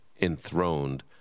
enthroned